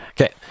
Okay